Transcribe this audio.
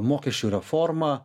mokesčių reformą